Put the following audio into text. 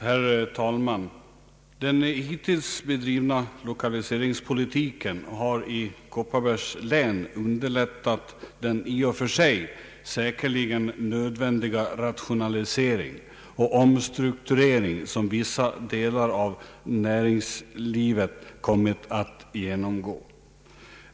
Herr talman! Den hittills bedrivna lokaliseringspolitiken har i Kopparbergs län underlättat den i och för sig säkerligen nödvändiga rationalisering och omstrukturering som vissa delar av näringslivet kommit att genomgå.